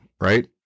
right